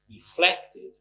reflected